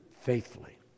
faithfully